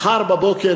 מחר בבוקר,